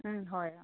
হয়